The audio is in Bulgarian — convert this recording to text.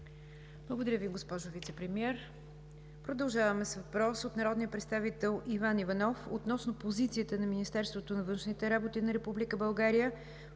Благодаря Ви, госпожо Вицепремиер. Продължаваме с въпрос от народния представител Иван Иванов относно позицията на Министерството на външните работи на Република България